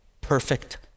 perfect